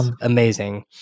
amazing